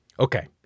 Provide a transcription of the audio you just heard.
Okay